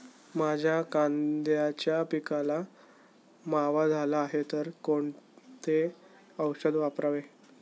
माझ्या कांद्याच्या पिकाला मावा झाला आहे तर कोणते औषध वापरावे?